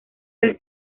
del